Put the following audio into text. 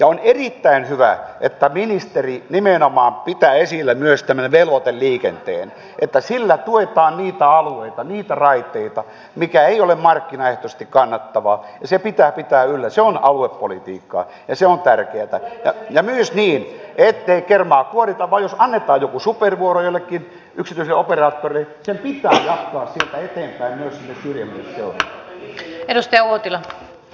on erittäin hyvä että ministeri nimenomaan pitää esillä myös tämän velvoiteliikenteen että sillä tuetaan niitä alueita niitä raiteita mikä ei ole markkinaehtoisesti kannattavaa ja se pitää pitää yllä se on aluepolitiikkaa ja se on tärkeätä ja myös niin ettei kermaa kuorita vaan jos annetaan joku supervuoro jollekin yksityiselle operaattorille sen pitää jatkaa siitä eteenpäin myös sinne syrjemmälle seudulle